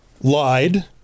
lied